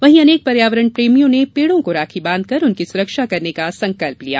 वहीं अनेक पर्यावरण प्रेमियों ने पेड़ो को राखी बांधकर उनकी सुरक्षा करने का संकल्प लिया